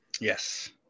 Yes